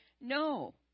No